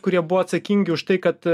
kurie buvo atsakingi už tai kad